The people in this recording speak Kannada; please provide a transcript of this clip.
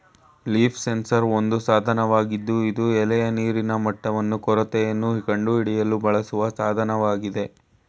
ಲೀಫ್ ಸೆನ್ಸಾರ್ ಒಂದು ಸಾಧನವಾಗಿದ್ದು ಇದು ಎಲೆಯ ನೀರಿನ ಮಟ್ಟವನ್ನು ಕೊರತೆಯನ್ನು ಕಂಡುಹಿಡಿಯಲು ಬಳಸುವ ಸಾಧನವಾಗಿದೆ